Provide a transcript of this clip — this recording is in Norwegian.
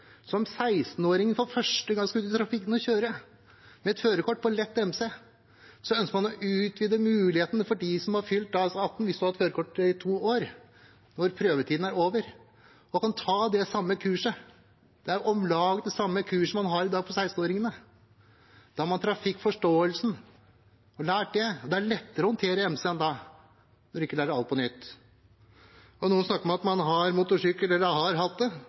Som 16-åring får man for første gang kjøre i trafikken med førerkort for lett MC. Vi ønsker å utvide muligheten for dem som har fylt 18 år og har hatt førerkort i to år når prøvetiden er over. Man kan ta det om lag samme kurset som man i dag har for 16-åringene. Da har man trafikkforståelsen. Man har lært det, og det er lettere å håndtere MC-en når man ikke må lære alt på nytt. Noen snakker om at man har motorsykkel eller har hatt det.